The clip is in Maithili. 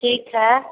ठीक हइ